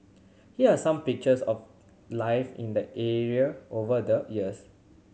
here are some pictures of life in the area over the years